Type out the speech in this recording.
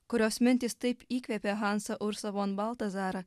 kurios mintys taip įkvėpė hansą ursą von baltazarą